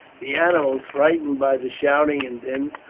the animals, frightened by the shouting and din,